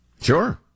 Sure